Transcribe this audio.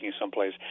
someplace